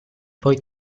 poi